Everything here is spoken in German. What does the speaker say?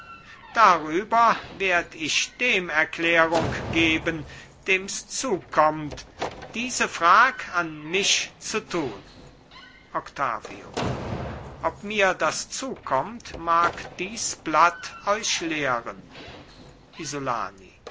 darüber werd ich dem erklärung geben dems zukommt diese frag an mich zu tun octavio ob mir das zukommt mag dies blatt euch lehren isolani